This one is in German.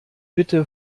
bitte